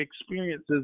experiences